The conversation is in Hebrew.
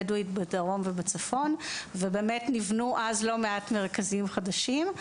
הבדואית בצפון ובדרום ובאמת אז נבנו לא מעט מרכזים חדשים.